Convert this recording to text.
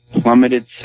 plummeted